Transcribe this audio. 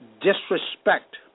disrespect